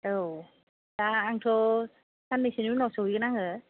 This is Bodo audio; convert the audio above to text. औ दा आंथ' साननैसोनि उनाव सौयैगोन आङो